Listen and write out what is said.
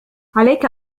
عليك